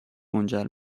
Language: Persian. منجر